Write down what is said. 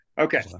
Okay